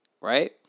Right